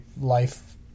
life